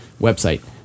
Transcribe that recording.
website